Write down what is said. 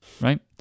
Right